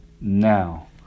Now